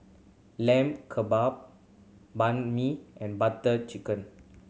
Lamb Kebab Banh Mi and Butter Chicken